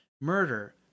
murder